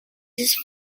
this